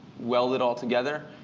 weld it all together.